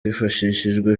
hifashishijwe